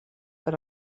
per